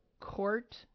court